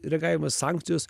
reagavimas sankcijos